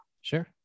Sure